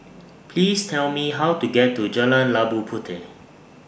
Please Tell Me How to get to Jalan Labu Puteh